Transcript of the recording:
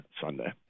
Sunday